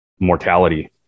Mortality